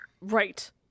Right